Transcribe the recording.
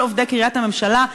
כל עובדי קריית הממשלה,